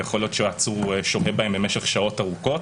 ויכול להיות שהעצור שוהה בהם במשך שעות ארוכות.